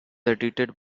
edited